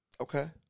Okay